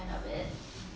mmhmm